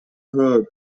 höher